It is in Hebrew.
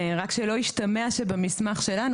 ורק שלא ישתמע שבמסמך שלנו,